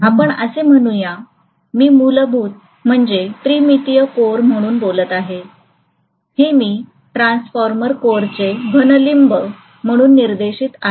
आपण असे म्हणूया मी मूलभूत म्हणजे त्रिमितीय कोअर म्हणून बोलत आहे हे मी ट्रान्सफॉर्मर कोअरचे घन लिंब म्हणून दर्शवित आहे